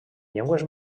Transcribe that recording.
llengües